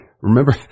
remember